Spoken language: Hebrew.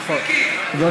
מיקי, 15 מיליון שקל.